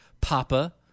Papa